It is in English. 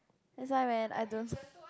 that's why man I don't